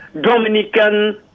Dominican